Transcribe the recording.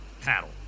paddle